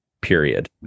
period